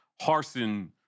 Harson